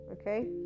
okay